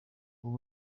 ubu